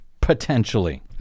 potentially